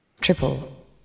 Triple